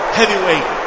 Heavyweight